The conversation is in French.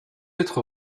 être